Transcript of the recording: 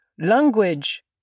language